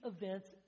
events